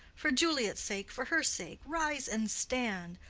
for juliet's sake, for her sake, rise and stand!